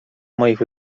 moich